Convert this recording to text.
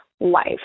life